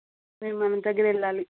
మేము అనంతగిరికి వెళ్ళాలి